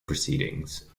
proceedings